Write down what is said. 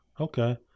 Okay